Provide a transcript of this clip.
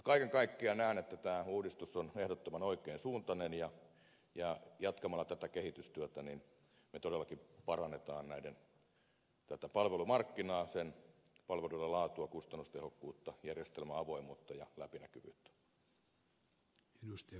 kaiken kaikkiaan näen että tämä uudistus on ehdottoman oikeansuuntainen ja jatkamalla tätä kehitystyötä me todellakin parannamme tätä palvelumarkkinaa sen palveluiden laatua kustannustehokkuutta järjestelmäavoimuutta ja läpinäkyvyyttä